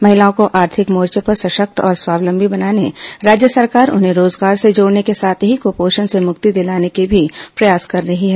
महिलाओं को आर्थिक मोर्च पर सशक्त और स्वावलंबी बनाने राज्य सरकार उन्हें रोजगार से जोडने के साथ ही कपोषण से मक्ति दिलाने के भी प्रयास कर रही है